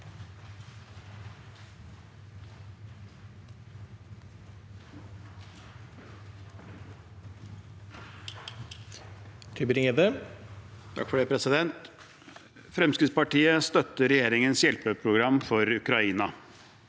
Frem- skrittspartiet støtter regjeringens hjelpeprogram for Ukraina.